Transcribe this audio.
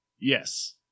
Yes